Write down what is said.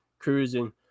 Cruising